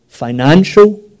financial